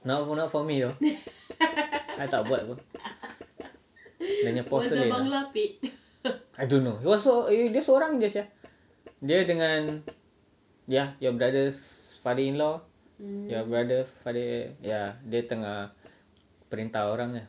no not for me I tak buat apa I don't know it was so dia seorang jer sia dia dengan ya your brother's father in law your brother father in law ya dia tengah perintah orang jer